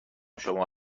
شما